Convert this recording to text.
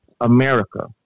America